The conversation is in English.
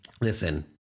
Listen